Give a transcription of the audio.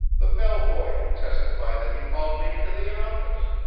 the bell boy can testify that he called me into the office.